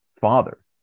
father